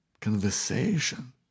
conversation